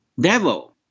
devil